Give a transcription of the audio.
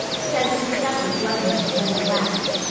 said mrs. douglas lovingly, when they left.